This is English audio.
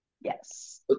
Yes